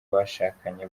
bashakanye